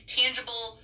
tangible